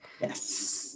yes